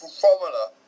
formula